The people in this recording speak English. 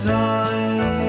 time